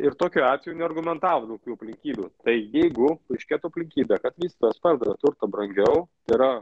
ir tokiu atveju neargumentavo jokių aplinkybių tai jeigu paaiškėtų aplinkybė kad vystytojas pardavė turtą brangiau tai yra